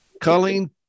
Colleen